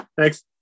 Thanks